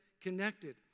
connected